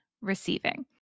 receiving